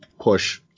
push